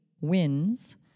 wins